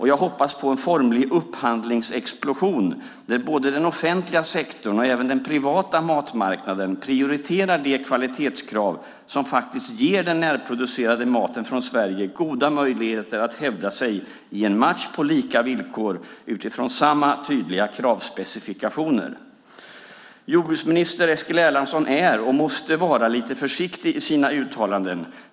Jag hoppas på en formlig upphandlingsexplosion där både den offentliga sektorn och den privata matmarknaden prioriterar de kvalitetskrav som faktiskt ger den närproducerade maten från Sverige goda möjligheter att hävda sig i en match på lika villkor utifrån samma tydliga kravspecifikationer. Jordbruksminister Eskil Erlandsson är och måste vara lite försiktig i sina uttalanden.